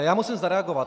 Já musím zareagovat.